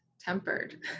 tempered